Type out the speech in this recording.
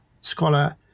scholar